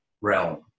realm